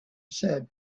said